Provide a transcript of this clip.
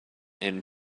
and